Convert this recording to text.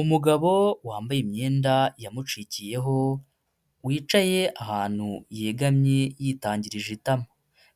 Umugabo wambaye imyenda yamucikiyeho, wicaye ahantu yegamye yitangirije itama.